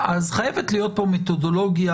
חייבת להיות מתודולוגיה